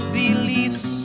beliefs